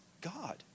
God